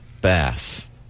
Bass